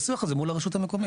יעשו אחרי זה מול הרשות המקומית.